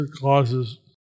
causes